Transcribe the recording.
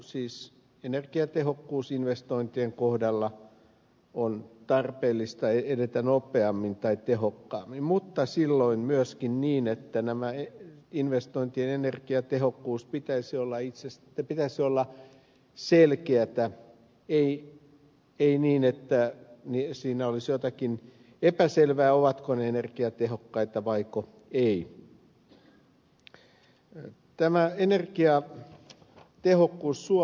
siis energiatehokkuusinvestointien kohdalla on tarpeellista edetä nopeammin tai tehokkaammin mutta silloin myöskin niin että investointien energiatehokkuuden pitäisi olla selkeätä eikä niin että siinä olisi jotakin epäselvää ovatko ne energiatehokkaita vaiko eivät